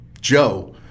Joe